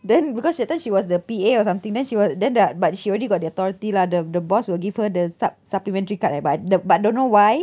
then because that time she was the P_A or something then she was then the but she already got the authority lah the the boss will give her the sup~ supplementary card eh but the but don't know why